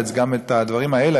גם הדברים האלה,